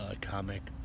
comic